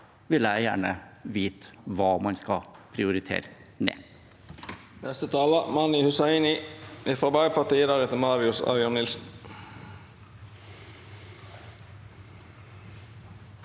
vil jeg gjerne vite hva man skal prioritere ned.